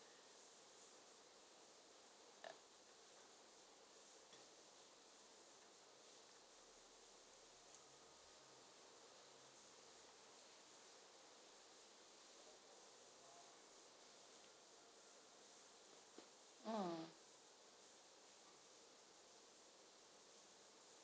mm